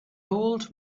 old